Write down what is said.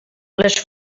les